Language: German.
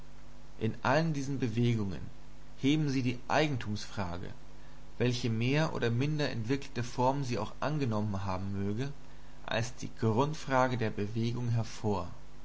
in allen diesen bewegungen heben sie die eigentumsfrage welche mehr oder minder entwickelte form sie auch angenommen haben möge als die grundfrage der bewegung hervor